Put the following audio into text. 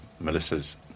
Melissa's